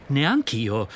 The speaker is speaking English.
Neanch'io